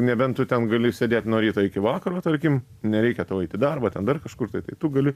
nebent tu ten gali sėdėt nuo ryto iki vakaro tarkim nereikia tau eit į darbą ten dar kažkur tai tai tu gali